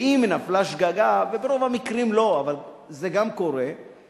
ואם נפלה שגגה, וברוב המקרים לא, אבל זה גם קורה,